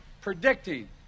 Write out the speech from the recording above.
predicting